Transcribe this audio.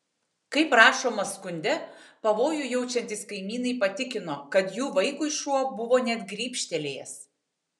kaip rašoma skunde pavojų jaučiantys kaimynai patikino kad jų vaikui šuo buvo net grybštelėjęs